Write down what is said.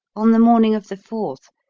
on the morning of the fourth,